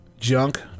Junk